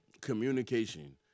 communication